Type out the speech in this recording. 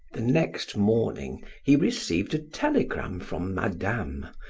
the next morning he received a telegram from madame,